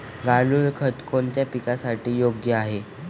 गांडूळ खत कोणत्या पिकासाठी योग्य आहे?